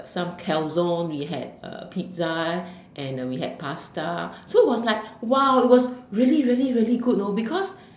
some calzone we had uh pizza and we had pasta so it was like !wow! it was really really really good know because